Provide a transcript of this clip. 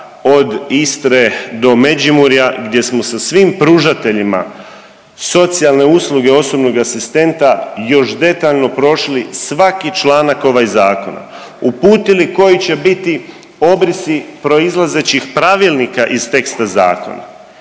od Istre do Međimurja gdje smo sa svim pružateljima socijalne usluge osobnog asistenta još detaljno prošli svaki članak ovaj zakona. Uputili koji će biti obrisi proizlazećih pravilnika iz teksta zakona